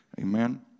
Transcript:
Amen